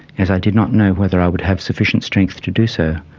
as i did not know whether i would have sufficient strength to do so,